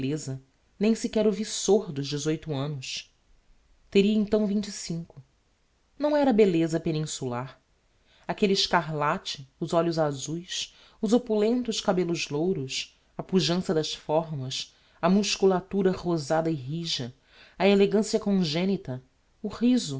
belleza nem sequer o viçor dos dezoito annos teria então vinte e cinco não era belleza peninsular aquelle escarlate os olhos azues os opulentos cabellos louros a pujança das fórmas a musculatura rosada e rija a elegancia congenita o riso